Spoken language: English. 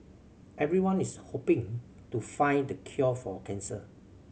everyone is hoping to find the cure for cancer